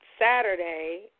Saturday